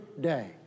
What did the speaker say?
day